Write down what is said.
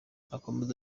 akomeza